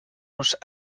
uns